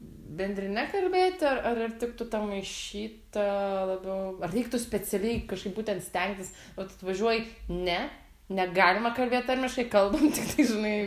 bendrine kalbėti ar ar ir tiktų tą maišyta labiau ar reiktų specialiai kažkaip būtent stengtis vat atvažiuoji ne negalima kalbėt tarmiškai kalbam tiktai žinai